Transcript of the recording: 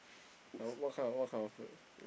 uh what kind what kind of food